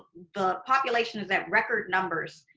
the population is at record numbers,